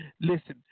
Listen